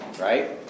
right